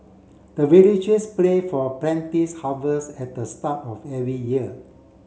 the villagers pray for harvest at the start of every year